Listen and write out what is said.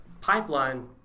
pipeline